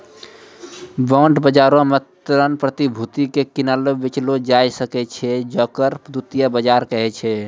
bond बजारो मे ऋण प्रतिभूति के किनलो बेचलो जाय सकै छै जेकरा द्वितीय बजार कहै छै